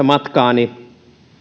matkaani